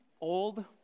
old